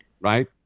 Right